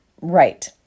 Right